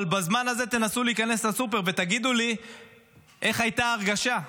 אבל בזמן הזה תנסו להיכנס לסופר ותגידו לי איך הייתה ההרגשה.